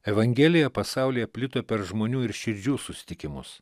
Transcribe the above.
evangelija pasaulyje plito per žmonių ir širdžių susitikimus